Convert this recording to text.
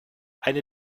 eine